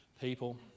people